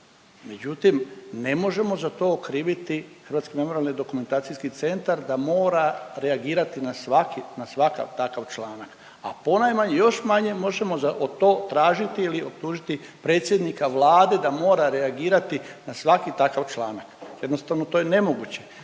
memorijalno-dokumentacijski centar da mora reagirati na svaki, na svakav takav članak, a ponajmanje, još manje možemo to tražiti ili optužiti predsjednika Vlade da mora reagirati na svaki takav članak. Jednostavno to je nemoguće